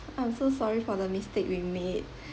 I'm so sorry for the mistake we made